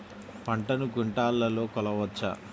పంటను క్వింటాల్లలో కొలవచ్చా?